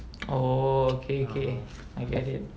oh okay okay I get it